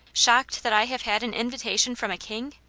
shocked that i have had an invitation from a king?